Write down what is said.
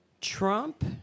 Trump